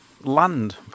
land